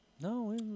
No